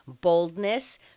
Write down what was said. boldness